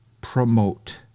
promote